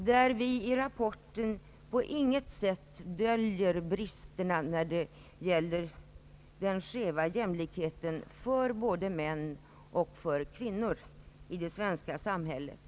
I rapporten döljer vi på intet sätt bristerna och skevheten i jämlikheten mellan män och kvinnor i det svenska samhället.